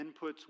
inputs